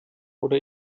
oder